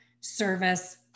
service